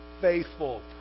Faithful